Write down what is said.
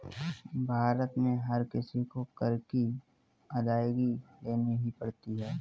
भारत में हर किसी को कर की अदायगी देनी ही पड़ती है